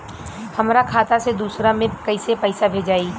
हमरा खाता से दूसरा में कैसे पैसा भेजाई?